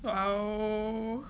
!wow!